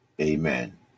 Amen